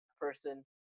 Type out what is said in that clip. person